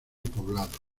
poblado